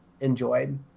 enjoyed